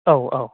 औ औ